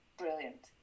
brilliant